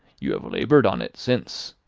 you have laboured on it, since.